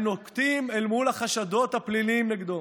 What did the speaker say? שבה הם נוקטים אל מול החשדות הפליליים נגדו".